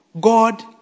God